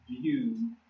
view